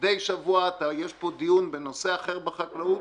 מדי שבוע יש פה דיון בנושא אחר בחקלאות.